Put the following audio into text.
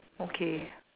okay